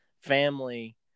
family